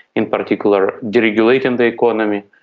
in particular deregulating the economy,